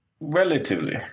Relatively